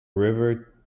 river